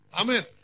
Amen